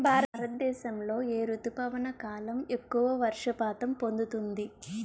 భారతదేశంలో ఏ రుతుపవన కాలం ఎక్కువ వర్షపాతం పొందుతుంది?